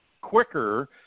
quicker